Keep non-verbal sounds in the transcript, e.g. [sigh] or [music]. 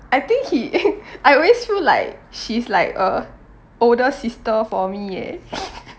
I think he [laughs] I always feel like she's like a older sister for me eh [laughs]